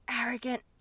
arrogant